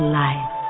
life